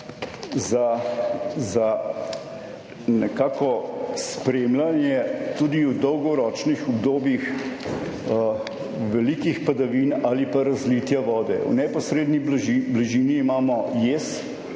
za nekako spremljanje tudi v dolgoročnih obdobjih velikih padavin ali pa razlitja vode. V neposredni bližini imamo jez,